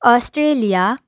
Australia